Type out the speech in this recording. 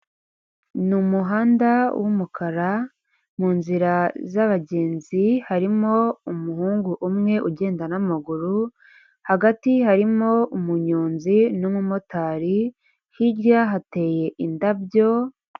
Ni umuhanda w'umukara, mu nzira z'abagenzi harimo umuhungu umwe ugenda n'amaguru, hagati harimo umunyonzi n'umumotari, hirya hateye indabyo.